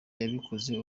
yabikoze